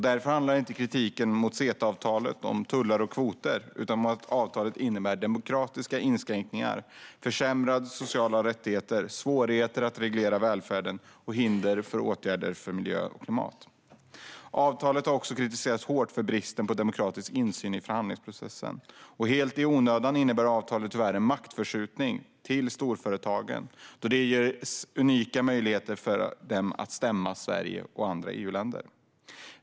Därför handlar inte kritiken mot CETA-avtalet om tullar och kvoter utan om att avtalet innebär demokratiska inskränkningar, försämrade sociala rättigheter, svårigheter att reglera välfärden och hinder för åtgärder för miljö och klimat. Avtalet har också kritiserats hårt för bristen på demokratisk insyn i förhandlingsprocessen. Helt i onödan innebär avtalet tyvärr en maktförskjutning till storföretagen då det ger unika möjligheter för dem att stämma Sverige och andra EU-länder.